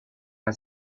had